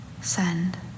send